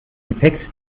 effekt